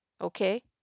Okay